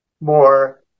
more